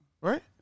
Right